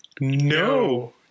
No